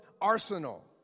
arsenal